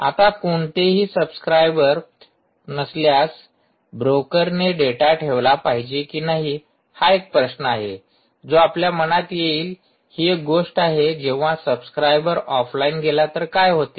आता कोणतेही सब्सक्राइबर नसल्यास ब्रोकरने डेटा ठेवला पाहिजे की नाही हा एक प्रश्न आहे जो आपल्या मनात येईल ही एक गोष्ट आहे जेव्हा सब्सक्राइबर ऑफलाइन गेला तर काय होते